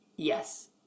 Yes